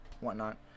whatnot